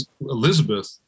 Elizabeth